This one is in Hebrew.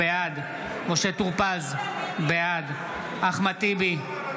בעד משה טור פז, בעד אחמד טיבי,